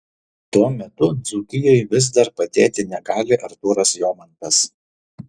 tuo metu dzūkijai vis dar padėti negali artūras jomantas